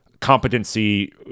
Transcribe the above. competency